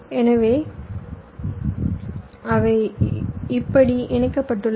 எனவே அவை இப்படி இணைக்கப்பட்டுள்ளன